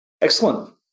Excellent